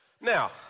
Now